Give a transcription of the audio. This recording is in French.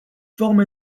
forme